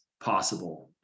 possible